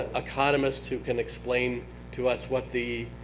ah economists who can explain to us what the